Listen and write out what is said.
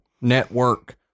Network